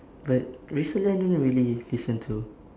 but recently I don't really listen to